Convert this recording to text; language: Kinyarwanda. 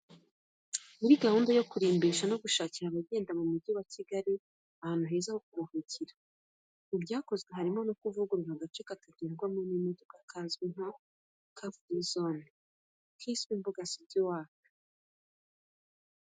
Muri gahunda yo kurimbisha no gushakira abagenda mu Mujyi wa Kigali ahantu heza ho kuruhukira, mu byakozwe harimo no kuvugurura agace katagendwamo n’imodoka kazwi nka ‘Car Free Zone’ kiswe ‘Imbuga City Walk’.